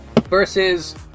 Versus